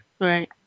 Right